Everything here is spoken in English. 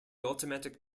automatic